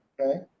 okay